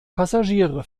passagiere